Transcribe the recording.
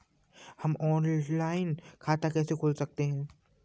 हम ऑनलाइन खाता कैसे खोल सकते हैं?